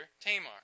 Tamar